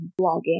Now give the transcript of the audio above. blogging